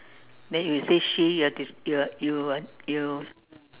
then if you say she you are des~ you are you are you